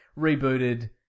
rebooted